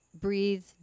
breathe